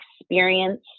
experience